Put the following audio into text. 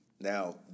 now